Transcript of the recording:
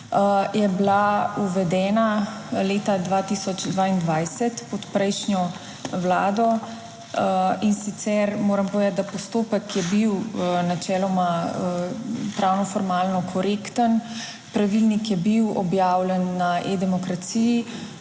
je bila uvedena leta 2022 pod prejšnjo vlado. In sicer moram povedati, da postopek je bil načeloma, pravno formalno korekten. Pravilnik je bil objavljen na e-demokraciji.